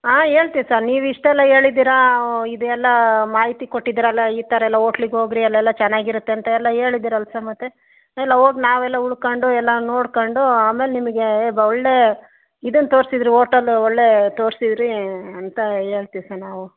ಹಾಂ ಹೇಳ್ತೀವಿ ಸರ್ ನೀವಿಷ್ಟೆಲ್ಲ ಹೇಳಿದ್ದೀರ ಇದೆಲ್ಲ ಮಾಹಿತಿ ಕೊಟ್ಟಿದ್ದೀರಲ್ಲ ಈ ಥರ ಎಲ್ಲ ಹೋಟ್ಲಿಗೆ ಹೋಗಿರಿ ಅಲ್ಲೆಲ್ಲ ಚೆನ್ನಾಗಿರತ್ತೆ ಅಂತ ಎಲ್ಲ ಹೇಳಿದ್ದೀರಲ್ಲ ಸರ್ ಮತ್ತೆ ಸರ್ ಎಲ್ಲ ಹೋಗಿ ನಾವೆಲ್ಲ ಉಳ್ಕಂಡು ಎಲ್ಲ ನೋಡ್ಕಂಡು ಆಮೇಲೆ ನಿಮಗೆ ಎ ಒಳ್ಳೆಯ ಇದನ್ನು ತೋರಿಸಿದ್ರಿ ಹೋಟಲು ಒಳ್ಳೆ ತೋರಿಸಿದ್ರಿ ಅಂತ ಹೇಳ್ತೀವಿ ಸರ್ ನಾವು